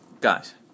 guys